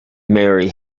mary